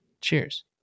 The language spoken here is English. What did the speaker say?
Cheers